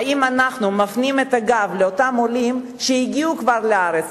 האם אנחנו מפנים את הגב לאותם עולים שכבר הגיעו לארץ,